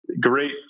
Great